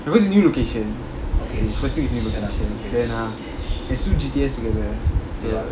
because a new location first thing is new location then ah there's two G_T_S together so